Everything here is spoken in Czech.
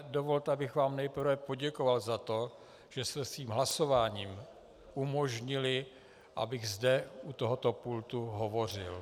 Dovolte, abych vám nejprve poděkoval za to, že jste svým hlasováním umožnili, abych zde u tohoto pultu hovořil.